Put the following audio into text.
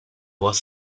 was